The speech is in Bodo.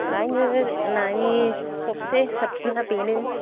रायनो नानि सबसे साबसिना बेनो